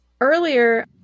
earlier